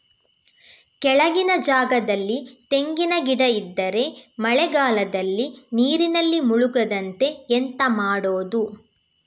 ಕೆಳಗಿನ ಜಾಗದಲ್ಲಿ ತೆಂಗಿನ ಗಿಡ ಇದ್ದರೆ ಮಳೆಗಾಲದಲ್ಲಿ ನೀರಿನಲ್ಲಿ ಮುಳುಗದಂತೆ ಎಂತ ಮಾಡೋದು?